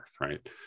right